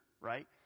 right